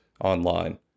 online